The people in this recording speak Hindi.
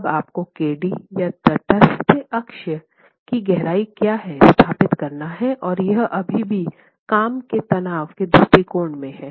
अब आपको kd या तटस्थ अक्ष की गहराई क्या है स्थापित करना है और यह अभी भी काम के तनाव के दृष्टिकोण में है